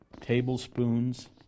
tablespoons